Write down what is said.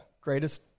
greatest